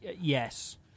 Yes